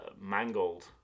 mangled